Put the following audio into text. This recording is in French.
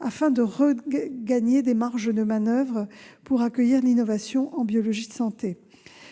afin de regagner des marges de manoeuvre pour accueillir l'innovation en biologie de santé.